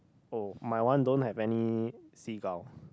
oh my one don't have any seagull